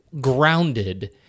grounded